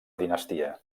dinastia